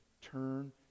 turn